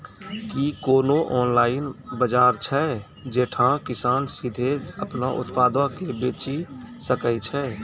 कि कोनो ऑनलाइन बजार छै जैठां किसान सीधे अपनो उत्पादो के बेची सकै छै?